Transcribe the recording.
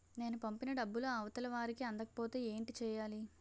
నేను పంపిన డబ్బులు అవతల వారికి అందకపోతే ఏంటి చెయ్యాలి?